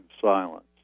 silence